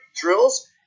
drills